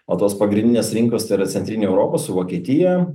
o tos pagrindinės rinkos tai yra centrinė europa su vokietija